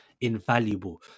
invaluable